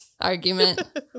argument